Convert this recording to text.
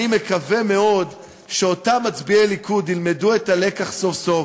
אני מקווה מאוד שאותם מצביעי ליכוד ילמדו את הלקח סוף-סוף,